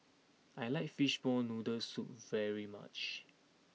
I like Fishball Noodle Soup very much